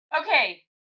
Okay